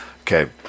Okay